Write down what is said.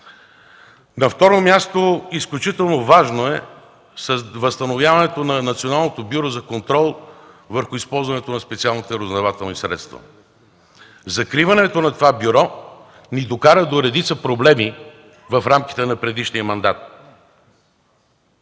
На второ място – изключително важно е възстановяването на Националното бюро за контрол върху използването на специалните разузнавателни средства. Закриването на това бюро ни докара до редица проблеми в рамките на предишния мандат.